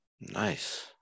nice